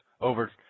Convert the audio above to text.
over